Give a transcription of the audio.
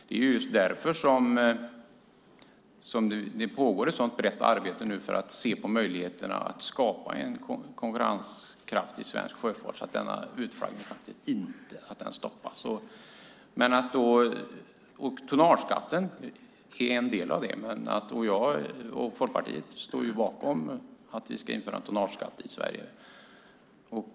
Det är därför det just nu pågår ett så brett arbete för att se på möjligheterna att skapa en konkurrenskraftig svensk sjöfart så att utflaggningen stoppas. Tonnageskatten är en del av det, och Folkpartiet står bakom att vi ska införa en tonnageskatt i Sverige.